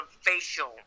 facial